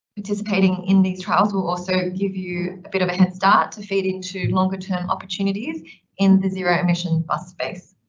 participating in these trials will also give you a bit of a head start to feed into longer term opportunities in the zero emission bus space.